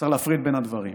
צריך להפריד בין הדברים.